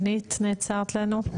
שנית, נעצרת לנו.